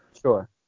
Sure